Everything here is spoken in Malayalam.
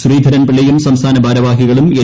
ശ്രീധരൻ പിള്ളയും സംസ്ഥാന ഭാരവാഹികളും എൻ